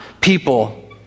people